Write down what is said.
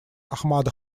ахмада